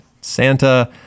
Santa